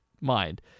mind